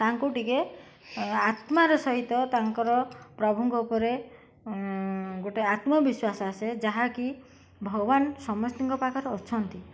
ତାଙ୍କୁ ଟିକେ ଆତ୍ମାର ସହିତ ତାଙ୍କର ପ୍ରଭୁଙ୍କ ଉପରେ ଗୋଟେ ଆତ୍ମବିଶ୍ୱାସ ଆସେ ଯାହାକି ଭଗବାନ ସମସ୍ତିଙ୍କ ପାଖରେ ଅଛନ୍ତି